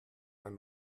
ein